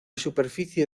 superficie